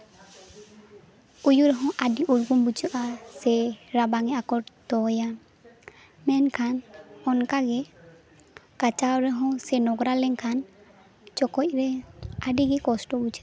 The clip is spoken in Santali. ᱩᱭᱩ ᱨᱮᱦᱚᱸ ᱟᱹᱰᱤ ᱩᱨᱜᱩᱢ ᱵᱩᱡᱷᱟᱹᱜᱼᱟ ᱥᱮ ᱨᱟᱵᱟᱝᱮ ᱟᱠᱚᱴ ᱫᱚᱦᱚᱭᱟ ᱢᱮᱱᱠᱷᱟᱱ ᱚᱱᱠᱟᱜᱮ ᱠᱟᱪᱟᱣ ᱨᱮᱦᱚᱸ ᱥᱮ ᱱᱚᱝᱨᱟ ᱞᱮᱱᱠᱷᱟᱱ ᱪᱚᱠᱚᱡ ᱨᱮ ᱟᱹᱰᱤᱜᱮ ᱠᱚᱥᱴᱚ ᱵᱩᱡᱷᱟᱹᱜᱼᱟ